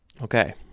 Okay